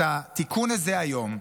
התיקון הזה היום,